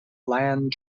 land